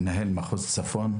מנהל מחוז צפון.